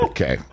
Okay